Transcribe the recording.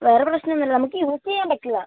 വേറെ പ്രശ്നം ഒന്നും ഇല്ല നമ്മക്ക് യൂസ് ചെയ്യാൻ പറ്റില്ല